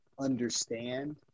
understand